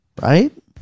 Right